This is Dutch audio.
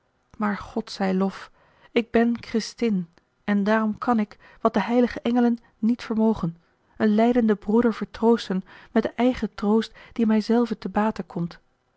maar god zij lof ik ben christin en daarom kan ik wat de heilige engelen niet vermogen een lijdenden broeder vertroosten met den eigen troost die mij zelve te bate komt